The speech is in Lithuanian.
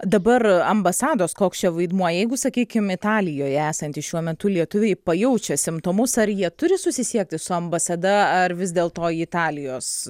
dabar ambasados koks čia vaidmuo jeigu sakykim italijoje esantys šiuo metu lietuviai pajaučia simptomus ar jie turi susisiekti su ambasada ar vis dėlto į italijos